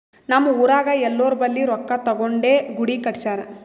ನಮ್ ಊರಾಗ್ ಎಲ್ಲೋರ್ ಬಲ್ಲಿ ರೊಕ್ಕಾ ತಗೊಂಡೇ ಗುಡಿ ಕಟ್ಸ್ಯಾರ್